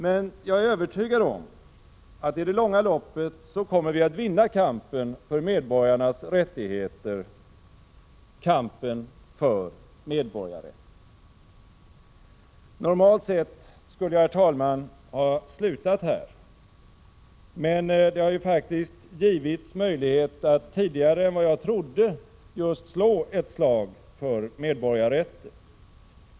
Men jag är övertygad om att vi i det långa loppet kommer att vinna kampen för medborgarnas rättigheter — kampen för medborgarrätten. Herr talman! Jag skulle normalt sett ha slutat här. Men det har ju faktiskt — tidigare än vad jag trodde — givits möjlighet att slå ett slag för just medborgarrätten.